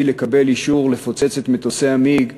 לקבל אישור לפוצץ את מטוסי ה"מיג",